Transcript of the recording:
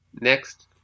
Next